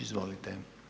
Izvolite.